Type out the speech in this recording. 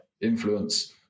influence